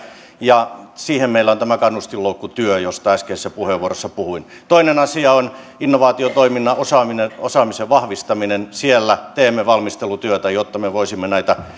ja siihen meillä on tämä kannustinloukkutyö josta äskeisessä puheenvuorossa puhuin toinen asia on innovaatiotoiminnan osaamisen vahvistaminen siellä teemme valmistelutyötä jotta me voisimme purkaa näitä